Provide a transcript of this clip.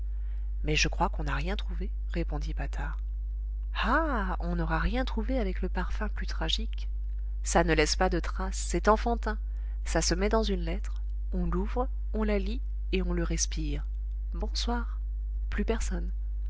mais je crois qu'on n'a rien trouvé répondit patard ah on n'aura rien trouvé avec le parfum plus tragique ça ne laisse pas de traces c'est enfantin ça se met dans une lettre on l'ouvre on la lit et on le respire bonsoir plus personne